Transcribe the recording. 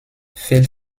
fehlt